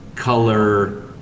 color